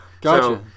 gotcha